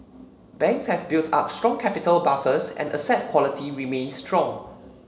banks have built up strong capital buffers and asset quality remains strong